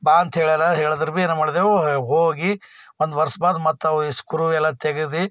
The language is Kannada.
ಬಾ ಅಂತ ಹೇಳ್ಯಾರೆ ಹೇಳ್ದ್ರೆ ಭೀ ಏನ ಮಾಡಿದೆವೂ ಹೋಗಿ ಒಂದು ವರ್ಷ ಬಾದ ಮತ್ತೆ ಅವು ಈ ಸ್ಕ್ರೂ ಎಲ್ಲ ತೆಗೆದು